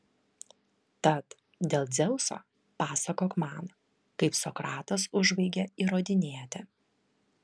tad dėl dzeuso pasakok man kaip sokratas užbaigė įrodinėti